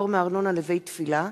(פטור מארנונה לבית-תפילה),